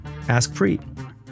AskPreet